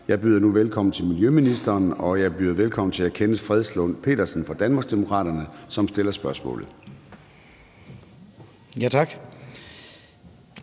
Jeg byder nu velkommen til miljøministeren, og jeg byder velkommen til hr. Kenneth Fredslund Petersen fra Danmarksdemokraterne, som stiller spørgsmålet. Kl.